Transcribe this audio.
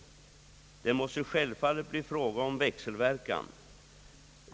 Det måste självfallet bli fråga om en växelverkan.